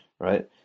Right